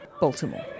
Baltimore